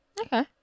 okay